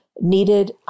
needed